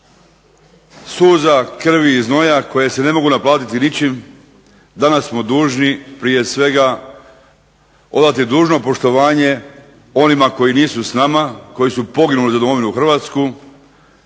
suza, krvi i znoja koje se ne mogu naplatiti ničim danas smo dužni prije svega odati dužno poštovanje onima koji nisu s nama, koji su poginuli za Domovinu Hrvatsku,